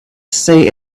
say